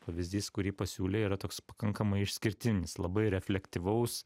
pavyzdys kurį pasiūlei yra toks pakankamai išskirtinis labai reflektyvaus